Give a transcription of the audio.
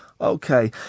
Okay